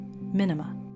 Minima